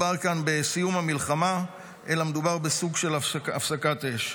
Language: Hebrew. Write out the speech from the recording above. בסיום המלחמה, אלא מדובר בסוג של הפסקת אש.